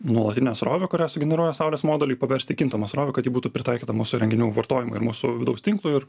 nuolatinę srovę kurią sugeneruoja saulės moduliai paverst į kintamą srovę kad ji būtų pritaikyta mūsų įrenginių vartojimui ir mūsų vidaus tinklui ir